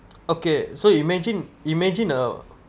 okay so imagine imagine a